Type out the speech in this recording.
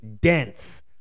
dense